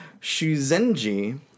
Shuzenji